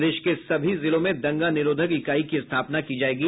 प्रदेश के सभी जिलों में दंगा निरोधक इकाई की स्थापना की जायेगी